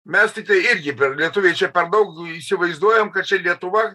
mes tiktai irgi per lietuviai čia per daug įsivaizduojam kad čia lietuva